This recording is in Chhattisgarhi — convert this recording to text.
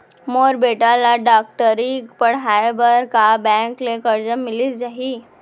मोर बेटा ल डॉक्टरी पढ़ाये बर का बैंक ले करजा मिलिस जाही?